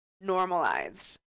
normalized